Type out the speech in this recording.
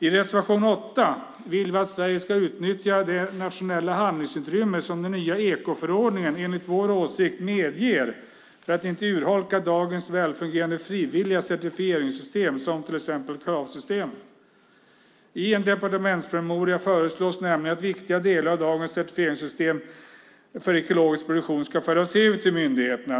I reservation 8 vill vi att Sverige ska utnyttja det nationella handlingsutrymme som den nya ekoförordningen enligt vår åsikt medger för att inte urholka dagens välfungerande frivilliga certifieringssystem, till exempel Krav. I en departementspromemoria föreslås nämligen att viktiga delar av dagens certifieringssystem för ekologisk produktion ska föras över till myndigheterna.